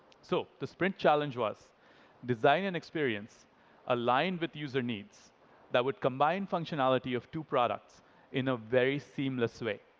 so the sprint challenge was design and experience aligned with user needs that would combine functionality of two products in a very seamless way.